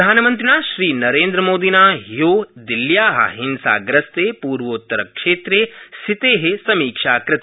प्रधानमन्त्रिणा श्रीनरेन्द्रमोदिना हयो दिल्ल्या हिंसाग्रस्ते पूर्वोत्तरक्षेत्र स्थिते समीक्षा कृता